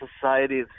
society